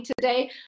today